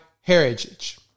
heritage